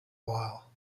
while